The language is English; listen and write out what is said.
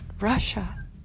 Russia